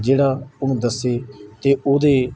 ਜਿਹੜਾ ਉਹਨੂੰ ਦੱਸੇ ਅਤੇ ਉਹਦੇ